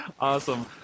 awesome